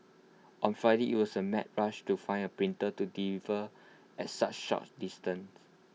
on Friday IT was A mad rush to find A printer to deliver at such short distance